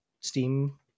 Steam